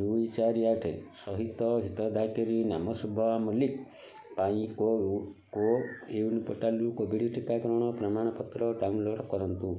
ଦୁଇ ଚାରି ଆଠ ସହିତ ହିତାଧିକାରୀ ନାମ ଶୁଭ ମଲ୍ଲିକ ପାଇଁ କୋୱିନ୍ ପୋର୍ଟାଲ୍ରୁ କୋଭିଡ଼୍ ଟିକାକରଣ ପ୍ରମାଣପତ୍ର ଡାଉନଲୋଡ଼୍ କରନ୍ତୁ